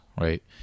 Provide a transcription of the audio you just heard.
right